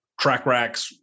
TrackRacks